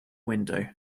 window